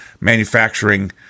manufacturing